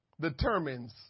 determines